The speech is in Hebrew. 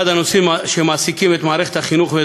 אחד הנושאים שמעסיקים את מערכת החינוך ואת